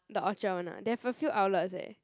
the Orchard one ah they have a few outlets eh